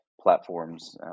platforms